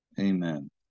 amen